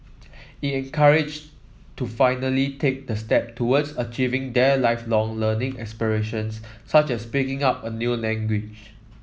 it encouraged to finally take the step towards achieving their Lifelong Learning aspirations such as picking up a new language